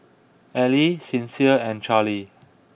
Allie Sincere and Charley